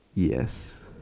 yes